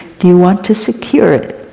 you want to secure it?